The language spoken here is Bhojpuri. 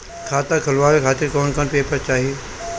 खाता खुलवाए खातिर कौन कौन पेपर चाहीं?